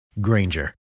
Granger